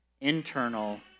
internal